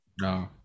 No